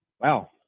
wow